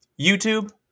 YouTube